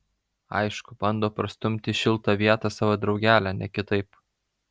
aišku bando prastumti į šiltą vietą savo draugelę ne kitaip